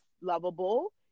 lovable